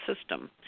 system